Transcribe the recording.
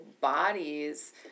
bodies